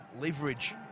leverage